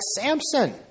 Samson